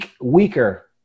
weaker